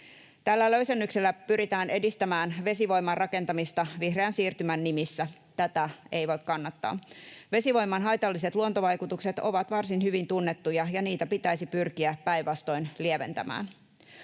Tällä löysennyksellä pyritään edistämään vesivoiman rakentamista vihreän siirtymän nimissä. Tätä ei voi kannattaa. Vesivoiman haitalliset luontovaikutukset ovat varsin hyvin tunnettuja, ja niitä pitäisi pyrkiä päinvastoin lieventämään.